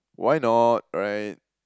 why not right